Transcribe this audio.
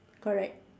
correct